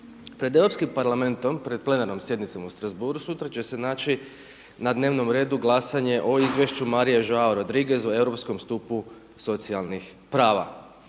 Pred Europskim parlamentom, pred plenarnom sjednicom u Strasbourgu sutra će se naći na dnevnom redu glasanje o izvješću Marie Žao Rodriguez o europskom stupu socijalnih prava.